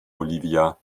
olivia